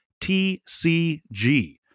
TCG